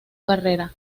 carrera